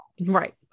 Right